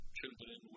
children